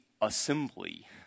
assembly